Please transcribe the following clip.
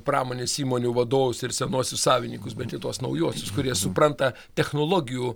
pramonės įmonių vadovus ir senuosius savininkus bet į tuos naujuosius kurie supranta technologijų